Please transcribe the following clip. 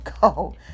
go